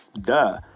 Duh